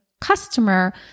customer